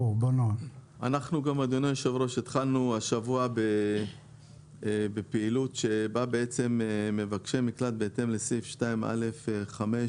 אנחנו התחלנו השבוע בפעילות בה מבקשי מקלט בהתאם לסעיף 2(א)(5)